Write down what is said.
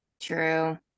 true